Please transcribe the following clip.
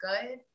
good